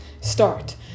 start